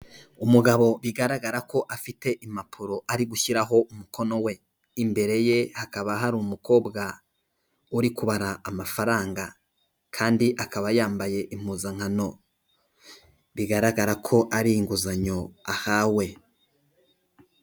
Umugabo bigaragara ko afite impapuro ari gushyiraho umukono we, imbere ye hakaba hari umukobwa uri kubara amafaranga kandi akaba yambaye impuzankano, bigaragara ko ari inguzanyo ahawe.